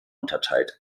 unterteilt